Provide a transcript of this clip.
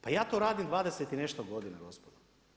Pa ja to radim 20 i nešto godina gospodo.